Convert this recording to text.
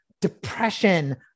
depression